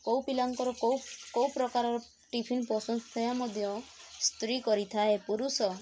କେଉଁ ପିଲାଙ୍କର କେଉଁ କେଉଁ ପ୍ରକାରର ଟିଫିନ୍ ପସନ୍ଦ ସେଇଆ ମଧ୍ୟ ସ୍ତ୍ରୀ କରିଥାଏ ପୁରୁଷ